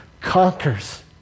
conquers